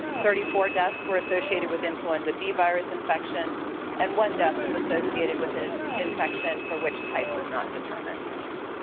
thirty four deaths were associated with influenza b virus infection and one death was associated with an infection for which type was not determined.